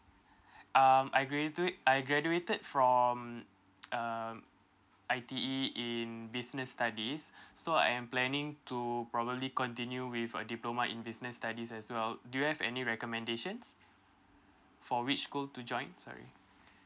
um I graduate I graduated from um I_T_E in business studies so I am planning to probably continue with a diploma in business studies as well do you have any recommendations for which school to join sorry